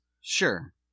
Sure